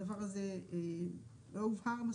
הדבר הזה לא הובהר מספיק,